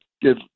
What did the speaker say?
give